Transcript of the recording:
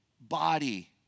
body